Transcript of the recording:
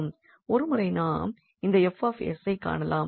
ஒரு முறை நாம் இந்த 𝐹𝑠ஐ காணலாம்